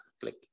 click